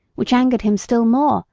which angered him still more,